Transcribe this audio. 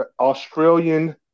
Australian